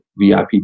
VIP